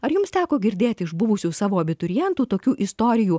ar jums teko girdėti iš buvusių savo abiturientų tokių istorijų